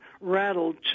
rattled